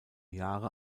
jahre